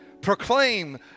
proclaim